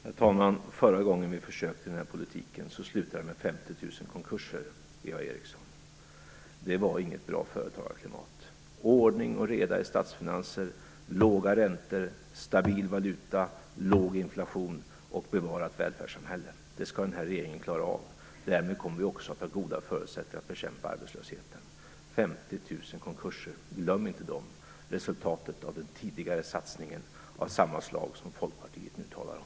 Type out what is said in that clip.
Herr talman! Förra gången ni försökte med den här politiken slutade det med 50 000 konkurser, Eva Eriksson. Det var inte något bra företagarklimat. Det här regeringen skall klara av ordning och reda i statsfinanserna, låga räntor, stabil valuta, låg inflation och ett bevarat välfärdssamhälle. Därmed kommer vi också att ha goda förutsättningar att bekämpa arbetslösheten. Glöm inte de 50 000 konkurserna! De var resultatet av den tidigare satsningen av samma slag som Folkpartiet nu talar om.